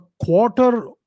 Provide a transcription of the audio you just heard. quarter